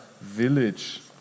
village